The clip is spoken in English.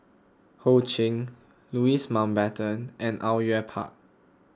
Ho Ching Louis Mountbatten and Au Yue Pak